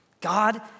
God